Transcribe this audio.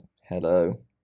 hello